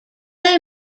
they